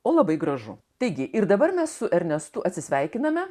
o labai gražu taigi ir dabar mes su ernestu atsisveikiname